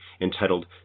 entitled